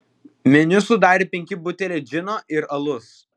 meniu sudarė penki buteliai džino ir alus